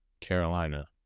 Carolina